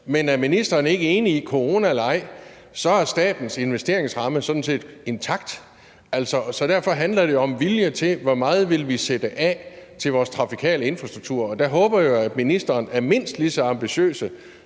Men er ministeren ikke enig i, at corona eller ej er statens investeringsramme sådan set intakt? Altså, så derfor handler det om viljen til, hvor meget vi vil sætte af til vores trafikale infrastruktur, og der håber jeg jo, at ministeren er mindst lige så ambitiøs